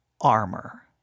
armor